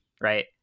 right